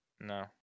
No